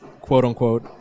quote-unquote